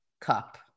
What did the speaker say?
cup